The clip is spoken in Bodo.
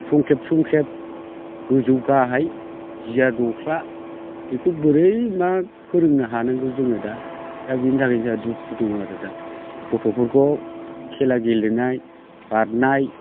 संखेब संखेब गोजौ गाहाइ जिया दख्ला बेखौ बोरै मा फोरोंनो हानांगौ जों दा दा बेनि थाखाय जोंहा दुखु दं आरो दा गथफोरखौ खेला गेलेनाय बारनाय